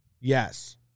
Yes